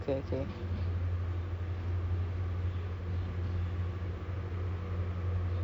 uni ya cause we same we same course he's taking the same I_T course and then we have similar interest which